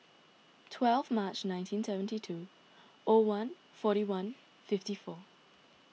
twelve March nineteen seventy two O one forty one fifty four